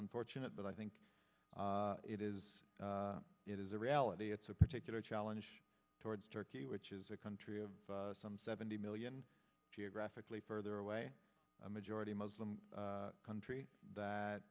unfortunate but i think it is it is a reality it's a particular challenge towards turkey which is a country some seventy million geographically further away a majority muslim country that